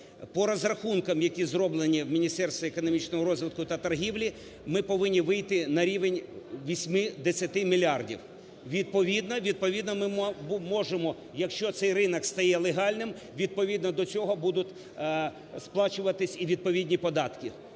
По розрахункам, які зроблені в Міністерстві економічного розвитку та торгівлі, ми повинні вийти на рівень 8-10 мільярдів відповідно. Відповідно ми можемо, якщо цей ринок стає легальним, відповідно до цього будуть сплачуватися і відповідні податки,